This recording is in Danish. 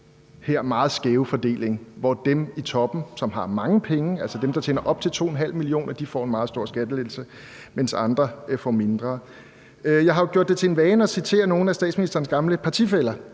her meget skæve fordeling, hvor dem i toppen, som har mange penge, altså dem, der tjener op til 2,5 mio. kr., får en meget stor skattelettelse, mens andre får mindre. Jeg har jo gjort det til en vane at citere nogle af statsministerens gamle partifæller.